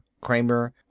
Kramer